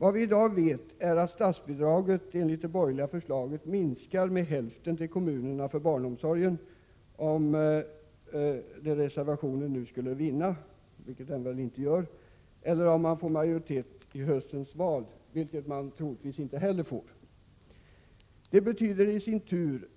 Vad vi i dag vet är att statsbidraget till kommunerna för barnomsorgen minskar med hälften om den borgerliga reservationen skulle vinna — vilket den väl inte gör — eller om de borgerliga får majoritet vid höstens val, vilket de troligtvis inte heller får. Det betyder i sin tur